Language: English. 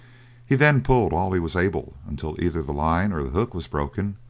he then pulled all he was able until either the line or the hook was broken,